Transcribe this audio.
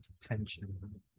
tension